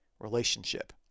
relationship